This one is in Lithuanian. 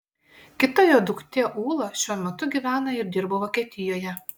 kita jo duktė ūla šiuo metu gyvena ir dirba vokietijoje